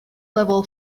level